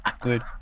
Good